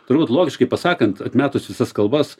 turbūt logiškai pasakant atmetus visas kalbas